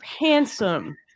handsome